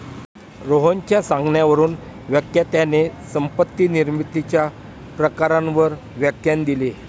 रोहनच्या सांगण्यावरून व्याख्यात्याने संपत्ती निर्मितीच्या प्रकारांवर व्याख्यान दिले